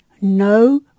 no